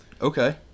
Okay